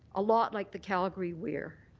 a lot like the calgary weir.